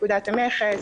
פקודת מכס,